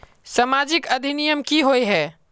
सामाजिक अधिनियम की होय है?